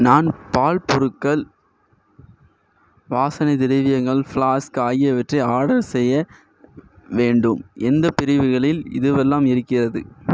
நான் பால் பொருட்கள் வாசனை திரவியங்கள் ஃப்ளாஸ்க் ஆகியவற்றை ஆர்டர் செய்ய வேண்டும் எந்த பிரிவுகளில் இதுவெல்லாம் இருக்கிறது